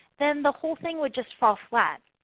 then the whole thing would just fall flat.